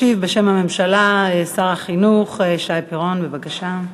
ישיב בשם הממשלה שר החינוך שי פירון, בבקשה.